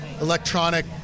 electronic